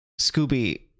Scooby